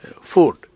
food